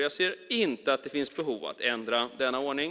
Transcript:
Jag ser inte att det finns ett behov av att ändra denna ordning.